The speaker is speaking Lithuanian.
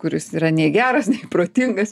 kuris yra nei geras nei protingas